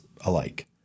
alike